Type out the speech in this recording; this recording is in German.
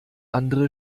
andere